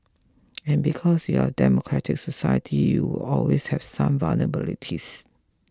and because your a democratic society you will always have some vulnerabilities